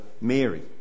Mary